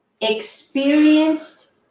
experienced